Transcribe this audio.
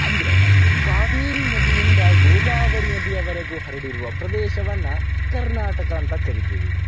ಅಂದರೆ ಕಾವೇರಿ ನದಿಯಿಂದ ಗೋದಾವರಿ ನದಿಯವರೆಗೂ ಹರಡಿರುವ ಪ್ರದೇಶವನ್ನು ಕರ್ನಾಟಕ ಅಂತ ಕರೀತೀವಿ